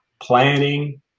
planning